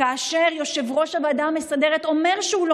כאשר יושב-ראש הוועדה המסדרת אומר שהוא לא